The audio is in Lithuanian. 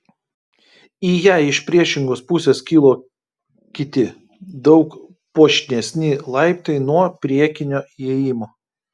į ją iš priešingos pusės kilo kiti daug puošnesni laiptai nuo priekinio įėjimo